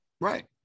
Right